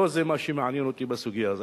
לא זה מה שמעניין אותי בסוגיה הזאת.